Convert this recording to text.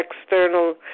external